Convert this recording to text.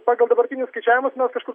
pagal dabartinius skaičiavimus na kažkur